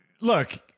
look